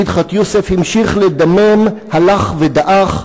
מדחת יוסף המשיך לדמם, הלך ודעך.